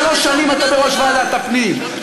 שלוש שנים אתה בראש ועדת הפנים.